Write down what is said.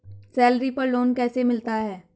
Salary पर loan कैसे मिलता है?